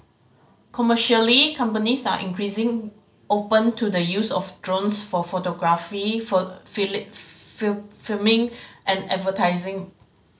commercially companies are increasing open to the use of drones for photography filming and advertising